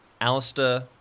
Alistair